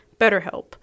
BetterHelp